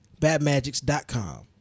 BadMagics.com